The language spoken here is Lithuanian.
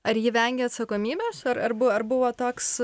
ar ji vengia atsakomybės ar ar bu ar buvo toks